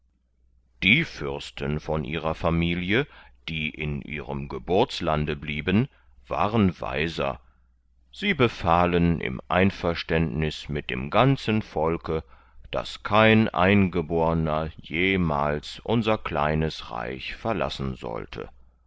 die fürsten von ihrer familie die in ihrem geburtslande blieben waren weiser sie befahlen im einverständniß mit dem ganzen volke daß kein eingeborner jemals unser kleines reich verlassen sollte